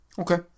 Okay